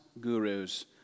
gurus